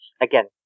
again